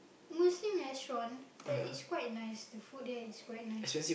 Muslim restaurant but it's quite nice the food there is quite nice